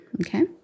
Okay